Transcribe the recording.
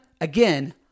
again